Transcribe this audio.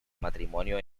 matrimonio